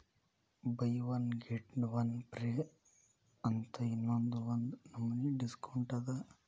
by one get one free ಅಂತ್ ಅನ್ನೂದು ಒಂದ್ ನಮನಿ ಡಿಸ್ಕೌಂಟ್ ಅದ